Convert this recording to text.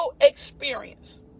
experience